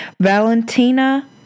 Valentina